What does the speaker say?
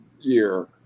year